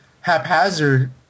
haphazard